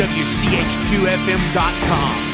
wchqfm.com